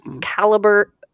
caliber